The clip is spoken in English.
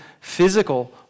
physical